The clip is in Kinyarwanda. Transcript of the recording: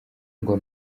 ngo